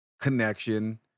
connection